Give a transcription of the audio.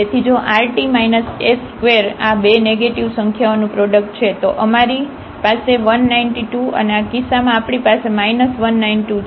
તેથી જો rt s2 આ આ બે નેગેટીવ સંખ્યાઓનું પ્રોડક્ટ છે તો અમારી પાસે 192 છે અને આ કિસ્સામાં આપણી પાસે 192 છે